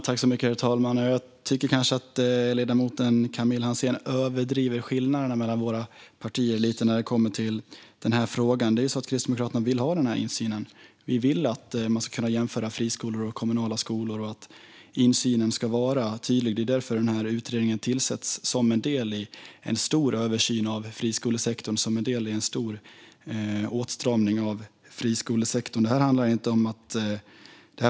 Herr talman! Jag tycker kanske att Camilla Hansén överdriver skillnaderna mellan våra partier i denna fråga. Kristdemokraterna vill ha insynen. Vi vill att man ska kunna jämföra friskolor och kommunala skolor och att insynen ska vara tydlig. Det är därför utredningen tillsätts, som en del i en stor översyn och en stor åtstramning av friskolesektorn.